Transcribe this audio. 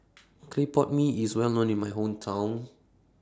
Clay Pot Mee IS Well known in My Hometown